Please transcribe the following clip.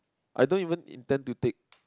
I don't even intend to take